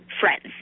friends